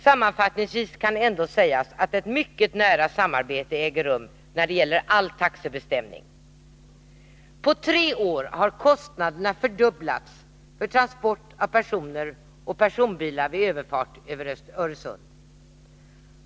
Sammanfattningsvis kan ändå sägas att ett mycket nära samarbete 11 Riksdagens protokoll 1982/83:45-46 äger rum när det gäller all taxebestämning. På tre år har kostnaderna fördubblats för transport av personer och personbilar vid överfart över Öresund.